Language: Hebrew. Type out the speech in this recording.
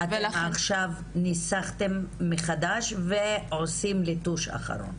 אתם עכשיו ניסחתם מחדש ועושים ליטוש אחרון.